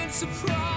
Surprise